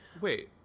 wait